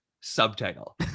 subtitle